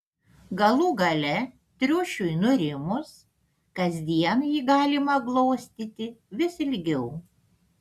galų gale triušiui nurimus kasdien jį galima glostyti vis ilgiau